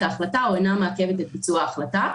ההחלטה או אינה מעכבת את ביצוע ההחלטה.